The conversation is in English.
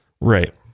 right